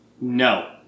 No